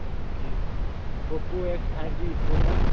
okay Oppo S G five G pro ना